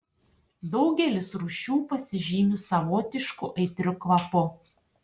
daugelis rūšių pasižymi savotišku aitriu kvapu